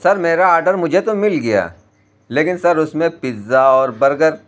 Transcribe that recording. سر میرا آڈر مجھے تو مل گیا لیکن سر اُس میں پیتزا اور برگر